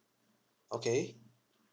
okay